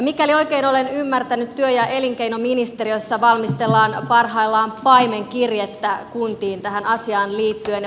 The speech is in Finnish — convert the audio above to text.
mikäli oikein olen ymmärtänyt työ ja elinkei noministeriössä valmistellaan parhaillaan paimenkirjettä kuntiin tähän asiaan liittyen